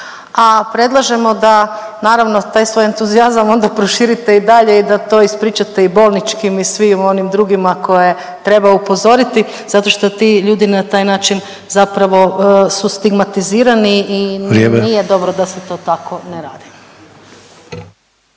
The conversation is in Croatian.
a predlažemo naravno da taj svoj entuzijazam onda proširite i dalje i da to ispričate i bolničkim i svim onim drugima koje treba upozoriti zato što ti ljudi na taj način zapravo su stigmatizirani i nije …/Upadica: Vrijeme./… dobro da se to tako ne radi.